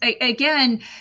again